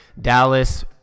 Dallas